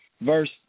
Verse